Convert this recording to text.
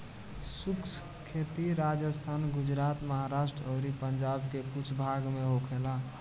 शुष्क खेती राजस्थान, गुजरात, महाराष्ट्र अउरी पंजाब के कुछ भाग में होखेला